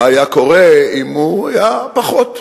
מה היה קורה אם הוא היה פחות,